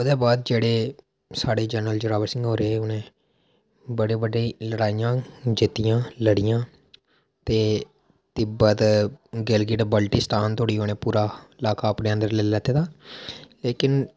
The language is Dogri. ते ओह्दे बाद साढ़े जेह्ड़े जनरल जोरावर सिंह हे उ'नें बड़ी बड्डियां लड़ाइयां लड़ियां जित्तियां ते तिब्बत गिलगिट बल्टीस्तान धोड़ी उ'नें बड़ा ल्हाका अपने अंदर लेई लैता लेकिन